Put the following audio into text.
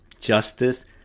justice